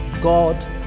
god